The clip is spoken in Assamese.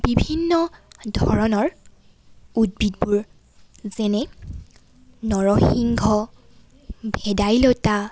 বিভিন্ন ধৰণৰ উদ্ভিদবোৰ যেনে নৰসিংহ ভেদাইলতা